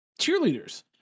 cheerleaders